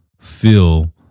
feel